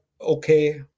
okay